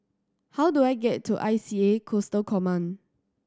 how do I get to I C A Coastal Command